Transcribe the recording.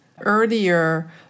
earlier